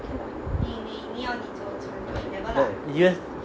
U_S